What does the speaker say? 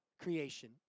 creation